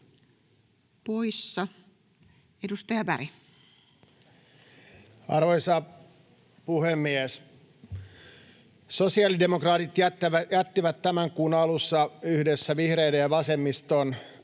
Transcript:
poissa. — Edustaja Berg. Arvoisa puhemies! Sosiaalidemokraatit jättivät tämän kuun alussa yhdessä vihreiden ja vasemmistoliiton kanssa